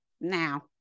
now